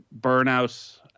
burnout